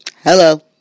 Hello